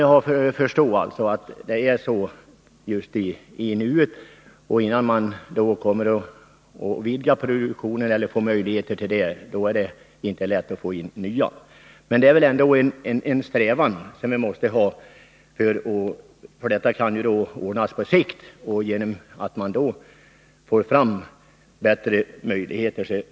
Jag kan förstå att det inte är lätt just nu, innan man ökat avsättningen, men detta är väl ändå en strävan vi måste ha, eftersom en sysselsättningsökning kan ordnas på sikt.